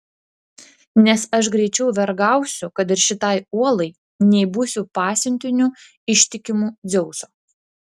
nes aš greičiau vergausiu kad ir šitai uolai nei būsiu pasiuntiniu ištikimu dzeuso